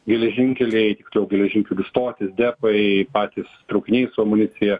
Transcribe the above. geležinkeliai geležinkelių stotys depai patys traukiniai su amunicija